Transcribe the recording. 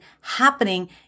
happening